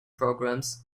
programs